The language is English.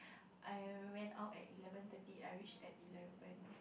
I went out at eleven thirty I reached at eleven